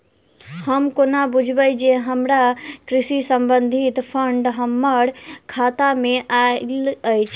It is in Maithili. हम कोना बुझबै जे हमरा कृषि संबंधित फंड हम्मर खाता मे आइल अछि?